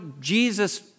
Jesus